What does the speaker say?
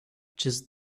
just